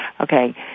Okay